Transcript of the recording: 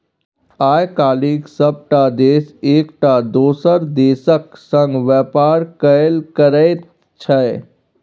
आय काल्हि सभटा देश एकटा दोसर देशक संग व्यापार कएल करैत छै